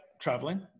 traveling